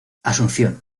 asunción